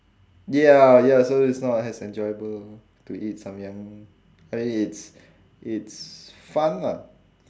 ya ya so it's not as enjoyable to eat samyang but then it's it's fun lah